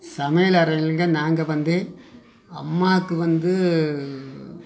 சமையல் அறையிலேங்க நாங்கள் வந்து அம்மாவுக்கு வந்து